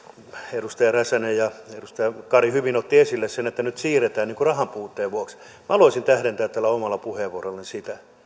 edustaja räsänen ja edustaja kari hyvin ottivat esille sen että nyt siirretään tehtäviä rahanpuutteen vuoksi minä haluaisin tähdentää tällä omalla puheenvuorollani sitä